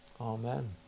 Amen